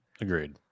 Agreed